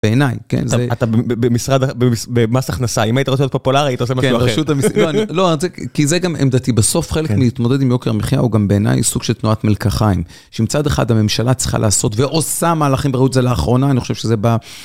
אתה במשרד, במס הכנסה, אם היית רוצה להיות פופולארי, היית עושה משהו אחר. לא, כי זה גם עמדתי, בסוף חלק מלהתמודד עם יוקר המחייה הוא גם בעיני סוג של תנועת מלקחיים. שמצד אחד הממשלה צריכה לעשות ועושה מהלכים וראו את זה לאחרונה, אני חושב שזה ב...